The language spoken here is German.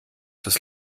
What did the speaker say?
das